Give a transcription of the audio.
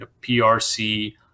PRC